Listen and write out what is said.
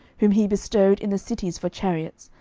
whom he bestowed in the cities for chariots,